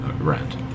rent